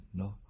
no